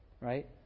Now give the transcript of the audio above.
right